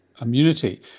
immunity